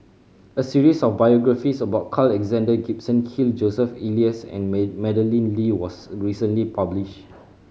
a series of biographies about Carl Alexander Gibson Hill Joseph Elias and May Madeleine Lee was recently published